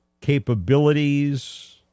capabilities